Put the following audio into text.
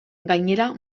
gainera